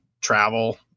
travel